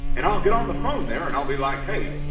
and i'll get on the phone there and i'll be like, hey,